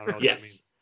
Yes